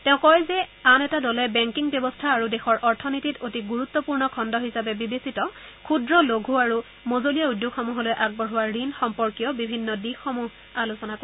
তেওঁ কয় যে আন এটা দলে বেংকিং ব্যৱস্থা আৰু দেশৰ অৰ্থনীতিত অতি গুৰুত্পূৰ্ণ খণ্ড হিচাপে বিবেচিত ক্ষুদ্ৰ লঘু আৰু মজলীয়া উদ্যোগসমূহলৈ আগবঢ়োৱা ঋণ সম্পৰ্কীয় বিভিন্ন দিশসমূহ আলোচনা কৰিব